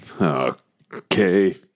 Okay